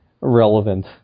relevant